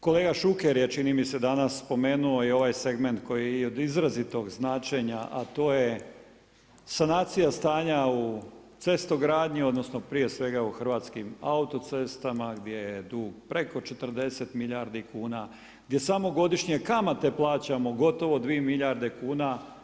Kolega Šuker je čini mi se danas spomenuo i ovaj segment koji je od izrazitog značenja, a to je sanacija stanja u cestogradnji odnosno prije svega u Hrvatskim autocestama, gdje je tu preko 40 milijardi kuna gdje samo godišnje kamate plaćamo gotovo 2 milijarde kuna.